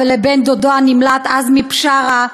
לבן-דודו הנמלט עזמי בשארה,